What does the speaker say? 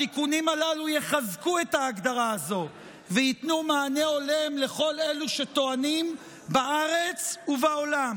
התיקונים הללו יחזקו את ההגדרה הזו ויתנו מענה הולם לכל אלו בארץ ובעולם